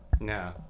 No